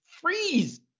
freeze